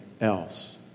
else